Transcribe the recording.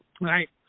right